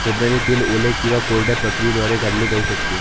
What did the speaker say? खोबऱ्याचे तेल ओल्या किंवा कोरड्या प्रक्रियेद्वारे काढले जाऊ शकते